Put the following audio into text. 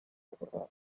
ntabwo